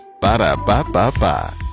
Ba-da-ba-ba-ba